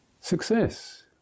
success